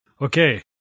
Okay